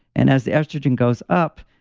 and as the estrogen goes up,